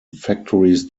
factories